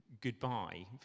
goodbye